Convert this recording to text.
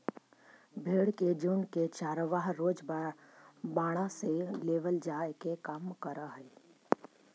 भेंड़ के झुण्ड के चरवाहा रोज बाड़ा से लावेले जाए के काम करऽ हइ